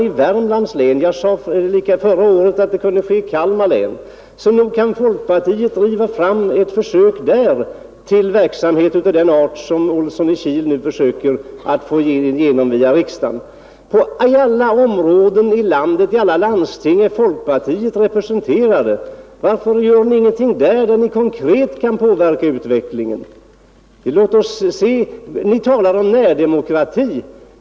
I Värmlands län — jag sade förra året att det kunde ske i Kalmar län — kan folkpartiet starta en försöksverksamhet av den art som herr Olsson nu försöker genomdriva via riksdagen. I alla landsting är folkpartiet representerat. Varför gör ni ingenting där, alltså där ni konkret kan påverka utvecklingen? Ni talar om närdemokrati.